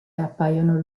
appaiono